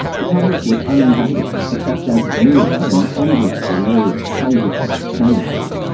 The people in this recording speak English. the public was uninvited, except as viewer of an endless parade of congressmen, senators,